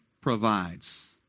provides